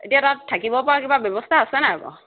এতিয়া তাত থাকিব পৰা কিবা ব্যৱস্থা আছে নাই বাৰু